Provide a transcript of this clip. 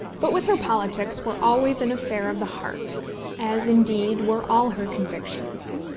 but with her politics were always an affair of the heart as, indeed, were all her convictions.